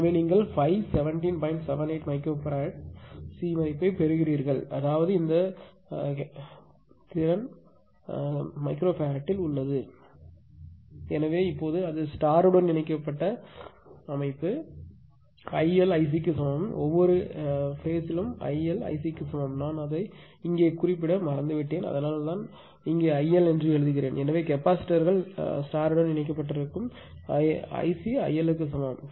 78 μF C மதிப்பைப் பெறுவீர்கள் அதாவது இந்த கொள்ளளவு மதிப்பு மைக்ரோஃபாரட்டில் உள்ளது எனவே இப்போது அது ஸ்டார் உடன் இணைக்கப்பட்ட என்றால் ஐ எல் ஐ சி க்கு சமம் ஒவ்வொரு கட்டத்திலும் IL ஐசி க்கு சமம் நான் அதை இங்கே குறிப்பிட மறந்து விட்டேன் அதனால் தான் நான் இங்கே ஐஎல் என்று எழுதுகிறேன் எனவே கெப்பாசிட்டர் கள் நட்சத்திரத்துடன் இணைக்கப்பட்டிருந்தால் ஐசி ஐஎல் க்கு சமம் 23